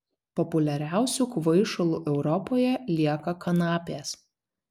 populiariausiu kvaišalu europoje lieka kanapės